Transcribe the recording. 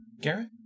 Garrett